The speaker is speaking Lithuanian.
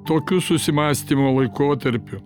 tokiu susimąstymo laikotarpiu